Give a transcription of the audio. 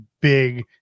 big